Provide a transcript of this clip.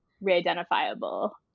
re-identifiable